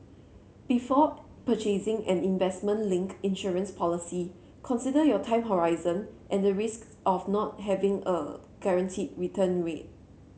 before purchasing an investment linked insurance policy consider your time horizon and the risks of not having a guaranteed return rate